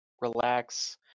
relax